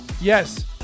Yes